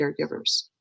caregivers